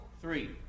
three